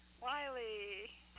Wiley